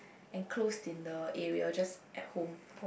enclosed in the area just at home